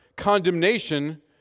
condemnation